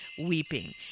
weeping